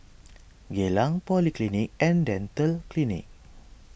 Geylang Polyclinic and Dental Clinic